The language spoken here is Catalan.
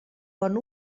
bon